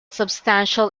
substantial